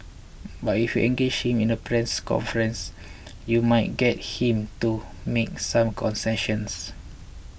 but if engage him in a press conference you might get him to make some concessions